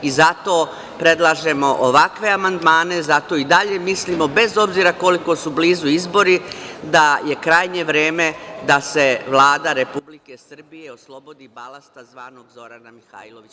Zato predlažemo ovakve amandmane, zato i dalje mislimo, bez obzira koliko su blizu izbori da je krajnje vreme da se Vlada Republike Srbije oslobodi balasta, zvanog Zorana Mihajlović.